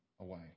away